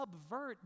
Subvert